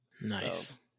Nice